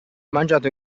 mangiato